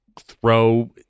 throw